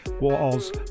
walls